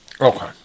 Okay